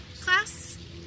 class